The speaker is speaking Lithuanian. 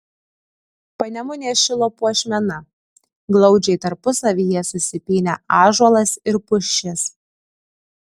panemunės šilo puošmena glaudžiai tarpusavyje susipynę ąžuolas ir pušis